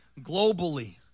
globally